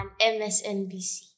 MSNBC